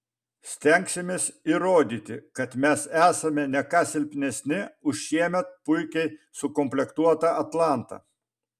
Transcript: stengsimės įrodyti kad mes esame ne ką silpnesnį už šiemet puikiai sukomplektuotą atlantą